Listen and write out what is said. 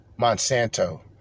Monsanto